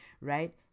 right